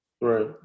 Right